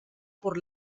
por